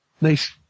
nice